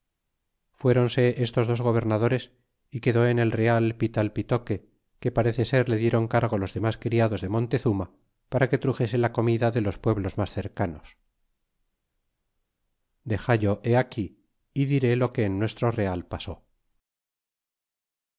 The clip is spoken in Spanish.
fuéronse estos dos gobernadores y quedó en el real pitalpitoque que parece ser le dieron cargo los demas criados de montezuma para que truxese la comida de los pueblos mas cercanos dexallo he aquí y diré lo que en nuestro real pase